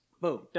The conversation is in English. Boom